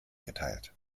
geteilt